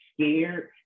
scared